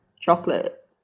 chocolate